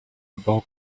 bord